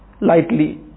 lightly